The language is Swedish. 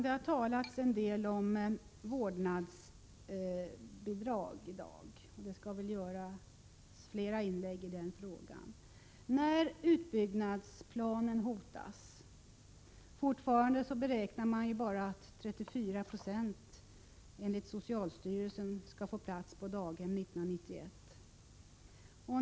Det har talats en del om vårdnadsbidrag här i dag och det blir väl fler inlägg där den frågan tas upp. Socialstyrelsen har gjort beräkningar som visar att bara 34 26 av barnen får en plats på daghem 1991.